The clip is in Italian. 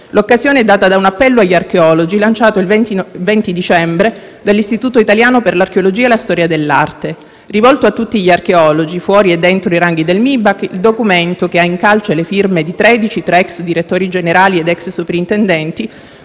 L'occasione è data da un appello agli archeologi, lanciato il 20 dicembre, dell'Istituto italiano per l'archeologia e la storia dell'arte. Rivolto a tutti gli archeologi, fuori e dentro i ranghi del MIBAC, il documento, che ha in calce le firme di 13 tra ex direttori generali ed ex soprintendenti,